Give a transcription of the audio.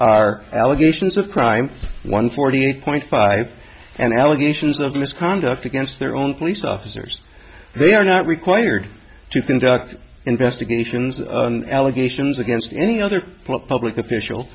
are allegations of crime one forty eight point five and allegations of misconduct against their own police officers they are not required to think investigations allegations against any other public official